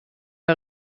der